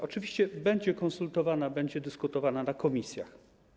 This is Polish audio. Oczywiście ona będzie konsultowana, będzie dyskutowana w komisjach.